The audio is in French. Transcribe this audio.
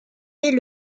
est